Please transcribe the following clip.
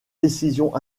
décisions